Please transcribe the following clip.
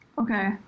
Okay